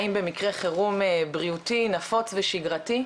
האם במקרה חירום בריאותי נפוץ ושגרתי,